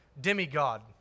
demigod